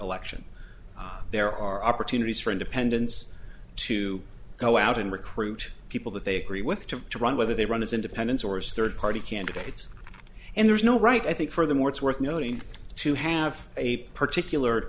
election there are opportunities for independents to go out and recruit people that they agree with to run whether they run as independents or as third party candidates and there's no right i think furthermore it's worth noting to have a particular